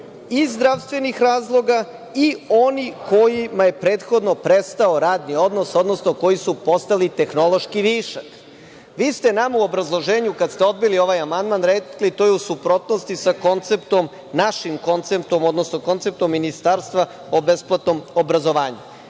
iz zdravstvenih razloga i oni kojima je prethodno prestao radni odnos, odnosno koji su postali tehnološki višak. Vi ste nama u obrazloženju kada ste odbili ovaj amandman rekli – to je u suprotnosti sa našim konceptom, odnosno konceptom Ministarstva o besplatnom obrazovanju. Dakle,